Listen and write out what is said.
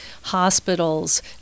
hospitals